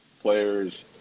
players